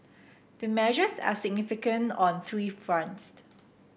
the measures are significant on three fronts